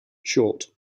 short